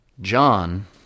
John